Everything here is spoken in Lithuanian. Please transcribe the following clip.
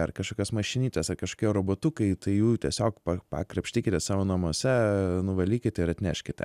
ar kažkokios mašinytės ar kažkokie robotukai tai jų tiesiog pakrapštykite savo namuose nuvalykite ir atneškite